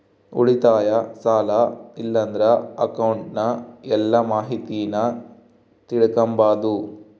ಉಳಿತಾಯ, ಸಾಲ ಇಲ್ಲಂದ್ರ ಅಕೌಂಟ್ನ ಎಲ್ಲ ಮಾಹಿತೀನ ತಿಳಿಕಂಬಾದು